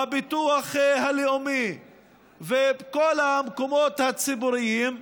בביטוח הלאומי ובכל המקומות הציבוריים,